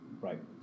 Right